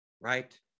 right